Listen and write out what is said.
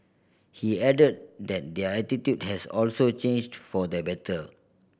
he added that their attitude has also changed for the better